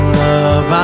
love